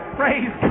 praise